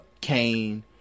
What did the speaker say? Kane